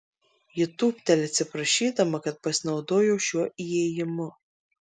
ji tūpteli atsiprašydama kad pasinaudojo šiuo įėjimu